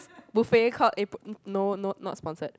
buffet called April no not sponsored